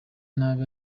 nabi